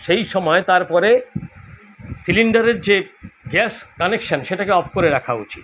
সেই সময় তার পরে সিলিন্ডারের যে গ্যাস কানেকশান সেটাকে অফ করে রাখা উচিত